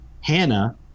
Hannah